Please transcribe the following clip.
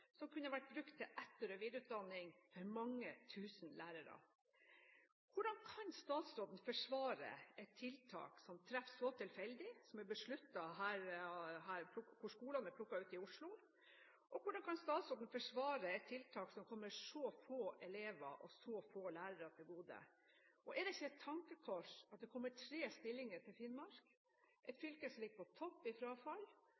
som kunne vært brukt til etter- og videreutdanning for mange tusen lærere. Hvordan kan statsråden forsvare et tiltak som treffer så tilfeldig, og at skolene er plukket ut her i Oslo? Og hvordan kan statsråden forsvare et tiltak som kommer så få elever og så få lærere til gode? Er det ikke et tankekors at det kommer tre stillinger til Finnmark – et fylke som ligger på topp i frafall,